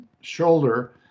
shoulder